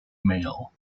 mail